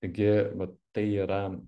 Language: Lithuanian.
taigi vat tai yra